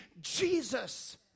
Jesus